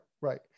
right